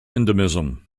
endemism